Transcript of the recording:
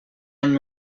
any